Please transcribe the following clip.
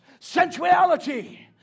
sensuality